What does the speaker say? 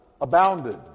abounded